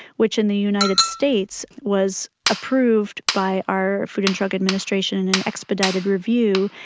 which in the united states was approved by our food and drug administration and and expedited review.